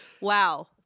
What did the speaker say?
Wow